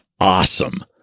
awesome